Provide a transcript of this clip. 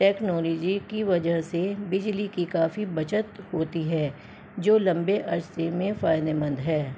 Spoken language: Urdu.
ٹیکنولیجی کی وجہ سے بجلی کی کافی بچت ہوتی ہے جو لمبے عرصے میں فائدے مند ہے